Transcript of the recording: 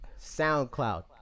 SoundCloud